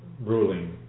ruling